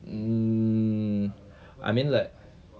um I mean like